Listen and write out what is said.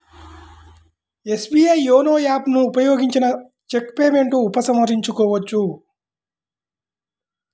SBI YONO app ను ఉపయోగించిన cheque payment ఉపసంహరించుకోవచ్చు